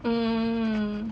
hmm